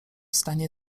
stanie